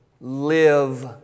live